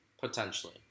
Potentially